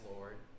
Lord